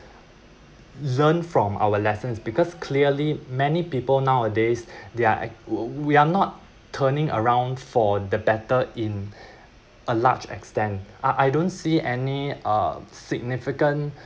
learn from our lessons because clearly many people nowadays they‘re we're not turning around for the better in a large extent I I don't see any uh significant